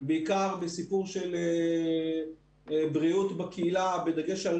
בעיקר בסיפור של בריאות בקהילה, בדגש על